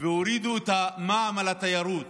הורידו את המע"מ על התיירות.